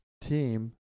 team